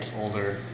Older